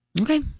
Okay